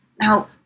Now